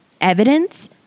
evidence